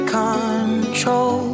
control